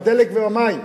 הדלק והמים,